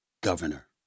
governor